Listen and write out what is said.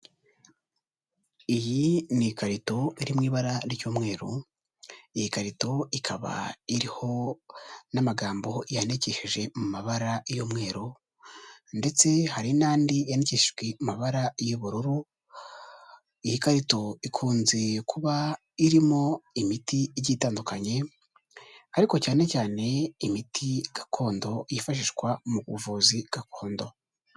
Iyi ni ikarito iri mu ibara ry'umweru iyi karito ikaba iriho n'amagambo yandikishije mu mabara y'umweru ndetse hari n'andi yandikishijwe mu mabara y'ubururu iyi karito ikunze kuba irimo imiti itandukanye ariko cyane cyane imiti gakondo yifashishwa mu buvuzi gakondo.